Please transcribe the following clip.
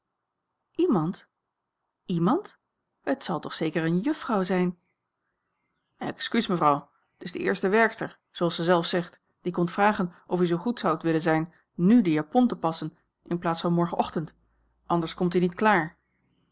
iemand iemand het zal toch zeker een juffrouw zijn excuus mevrouw t is de eerste werkster zooals ze zelf zegt die komt vragen of u zoo goed zoudt willen zijn nù de japon te passen in plaats van morgenochtend anders komt ie niet klaar